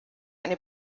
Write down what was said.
eine